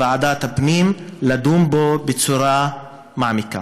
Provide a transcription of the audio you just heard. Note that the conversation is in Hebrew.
לוועדת הפנים לדון בו בצורה מעמיקה.